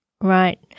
Right